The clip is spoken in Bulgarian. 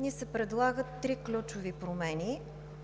ни се предлагат три ключови промени,